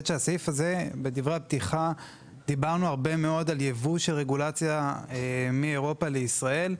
בדברי הפתיחה דיברנו הרבה מאוד על ייבוא של רגולציה מאירופה לישראל,